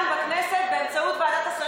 הממשלה שולטת כאן בכנסת באמצעות ועדת השרים